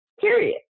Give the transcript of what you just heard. period